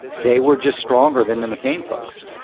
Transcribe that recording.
they were just stronger than the mccain folks.